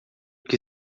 que